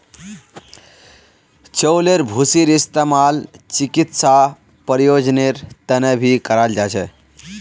चउलेर भूसीर इस्तेमाल चिकित्सा प्रयोजनेर तने भी कराल जा छे